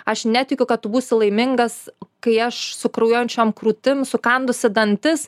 aš netikiu kad tu būsi laimingas kai aš su kraujuojančiom krūtim sukandusi dantis